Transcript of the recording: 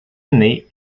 années